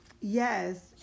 Yes